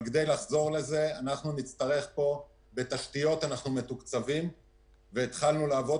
אבל כדי לחזור לזה בתשתיות אנחנו מתוקצבים והתחלנו לעבוד,